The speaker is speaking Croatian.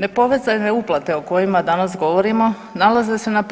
Nepovezane uplate o kojima danas govorimo nalaze se na